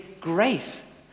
grace